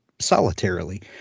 solitarily